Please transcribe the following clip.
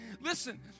listen